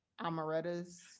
Amaretta's